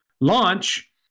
launch